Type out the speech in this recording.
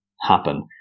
happen